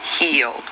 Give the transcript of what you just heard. healed